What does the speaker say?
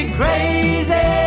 crazy